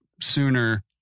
sooner